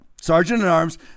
sergeant-at-arms